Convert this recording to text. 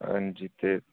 हांजी ते